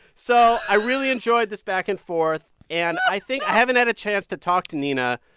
so i really enjoyed this back-and-forth and i think i haven't had a chance to talk to nina,